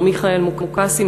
מר מייקל מוקאסי,